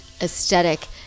aesthetic